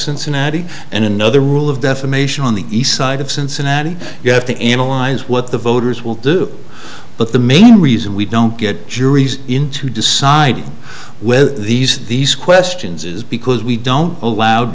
cincinnati and another rule of defamation on the eastside of cincinnati you have to analyze what the voters will do but the main reason we don't get juries in to decide whether these these questions is because we don't allow